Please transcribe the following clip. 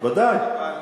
ודאי.